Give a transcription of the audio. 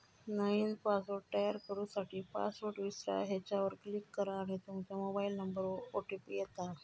नईन पासवर्ड तयार करू साठी, पासवर्ड विसरा ह्येच्यावर क्लीक करा आणि तूमच्या मोबाइल नंबरवर ओ.टी.पी येता